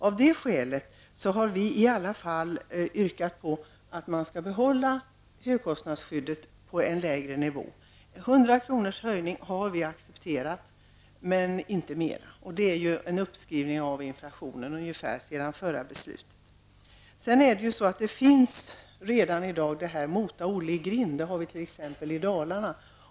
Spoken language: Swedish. Av det skälet har vi yrkat att man skall behålla högkostnadsskyddet på en lägre nivå. Vi har accepterat en höjning med 100 kr., vilket ungefär motsvarar en uppskrivning med inflationen sedan det förra beslutet. Vi har också en inställning som går ut på att mota Olle i grind. Vi har ett uttryck för detta i Dalarna.